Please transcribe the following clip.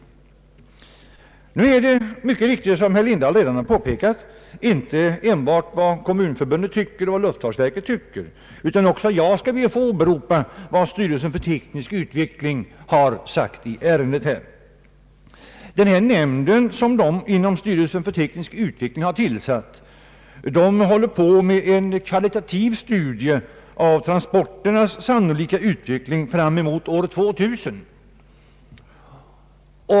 Det är som herr Lindblad mycket riktigt påpekar inte bara fråga om vad Kommunförbundet tycker och vad luftfartsverket tycker, utan även jag skall be att få åberopa vad styrelsen för teknisk utveckling sagt i detta ärende. Den nämnd som styrelsen för teknisk utveckling har tillsatt är sysselsatt med en kvalitativ studie av transporternas sannolika utveckling fram mot år 2000.